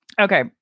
okay